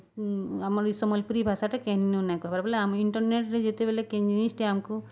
ଆମର ସମଲପୁରୀ ଭାଷାଟା କେହି ନାଇଁ କହିବାର ବେଲେ ଆମେ ଇଣ୍ଟରନେଟ୍ରେ ଯେତେବେଲେ କେ ଜିନିଷ୍ଟି ଆମକୁ